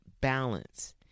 balance